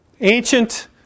ancient